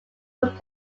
put